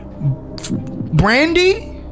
Brandy